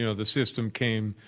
you know the system came,